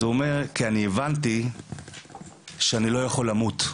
אז הוא אמר "אני הבנתי שאני לא יכול למות".